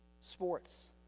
sports